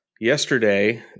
yesterday